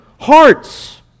hearts